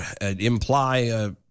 imply